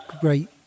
great